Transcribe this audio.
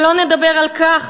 שלא נדבר על כך